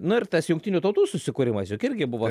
nu ir tas jungtinių tautų susikūrimas juk irgi buvo